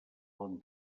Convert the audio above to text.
bon